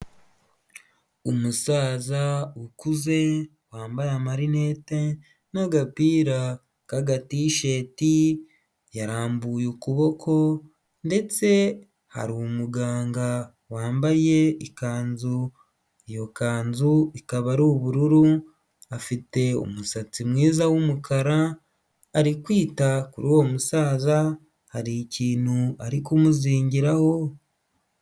Umusaza ukuze wambaye amarinete n'agapira kaga T-shirt, yarambuye ukuboko ndetse hari umuganga wambaye ikanzu, iyo kanzu ikaba ari ubururu, afite umusatsi mwiza w'umukara ari kwita kuri uwo musaza, hari ikintu ari kumuzingiraho.